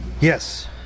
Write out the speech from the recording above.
Yes